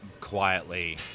quietly